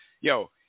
Yo